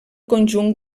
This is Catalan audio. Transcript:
conjunt